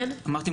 אמרתי,